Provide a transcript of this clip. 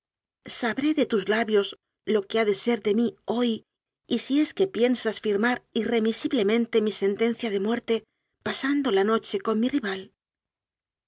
sabré de tus labios lo que ha de ser de mí hoy y si es que piensas firmar irremisiblemente mi sentencia de muerte pasando la noche con mi rival